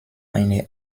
eine